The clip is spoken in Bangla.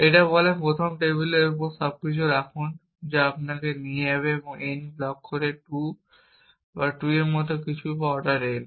এটা বলে প্রথমে টেবিলের উপর সবকিছু রাখুন যা আপনাকে নিয়ে যাবে যদি n ব্লক করে 2 বা 2 এর মতো কিছু বা অর্ডার n